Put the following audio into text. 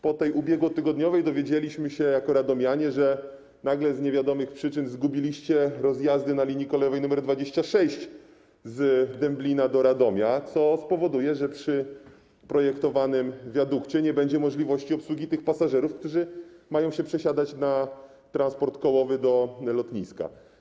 Po tej ubiegłotygodniowej dowiedzieliśmy się jako radomianie, że nagle z niewiadomych przyczyn zgubiliście rozjazdy na linii kolejowej nr 26 z Dęblina do Radomia, co spowoduje, że przy projektowanym wiadukcie nie będzie możliwości obsługi tych pasażerów, którzy mają się przesiadać na transport kołowy do lotniska.